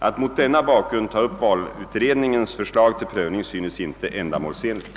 Att mot denna bakgrund ta upp valutredningens förslag till prövning synes inte ändamålsenligt.